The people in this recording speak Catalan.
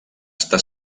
està